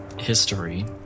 history